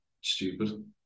stupid